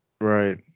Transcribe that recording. Right